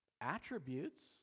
attributes